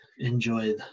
Enjoyed